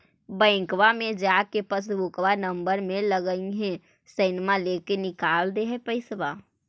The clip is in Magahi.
बैंकवा मे जा के पासबुकवा नम्बर मे लगवहिऐ सैनवा लेके निकाल दे है पैसवा?